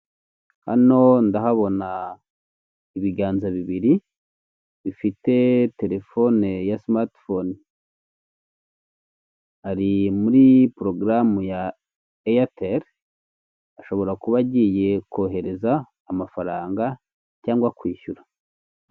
Hano ndahabona ibiganza bibiri bifite terefone ya simati fone ari muri porogaramu ya eyateri ashobora kuba agiye kohereza amafaranga cyangwa kwishyura.